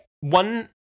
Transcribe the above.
one